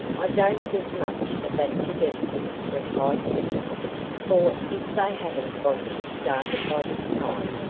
i don't think much of that suggestion, replied clifford for, if they haven't got him started by this time,